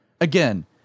Again